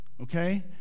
okay